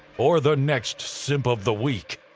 or the next simp of the week.